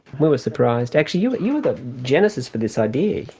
we were surprised. actually you you were the genesis for this idea.